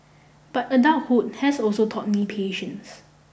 but adulthood has also taught me patience